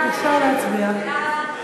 בבקשה להצביע.